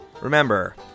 Remember